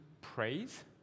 praise